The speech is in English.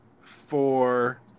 four